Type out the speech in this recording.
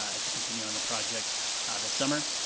as we continue on the project this summer.